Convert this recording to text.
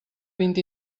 vint